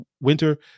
winter